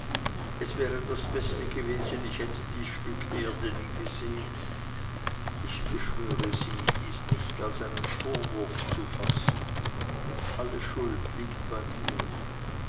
es wäre das beste gewesen ich hätte dies stück erde nie gesehen ich beschwöre sie dies nicht als einen vorwurf zu fassen alle schuld ist bei mir